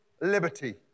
liberty